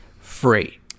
Free